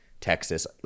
Texas